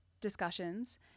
discussions